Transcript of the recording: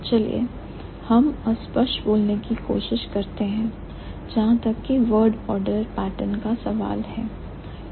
चलिए हम स्पष्ट बोलने की कोशिश करते हैं जहां तक की word order pattern का सवाल है